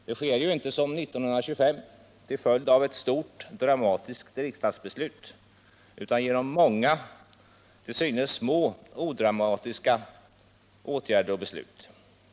Det sker inte som 1925 till följd av ett stort dramatiskt riksdagsbeslut utan genom många — till synes — små odramatiska åtgärder och beslut.